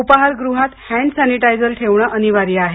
उपाहारगृहांत hand sanitiser ठेवणं अनिवार्य आहे